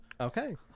okay